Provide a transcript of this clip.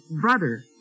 brother